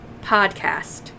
Podcast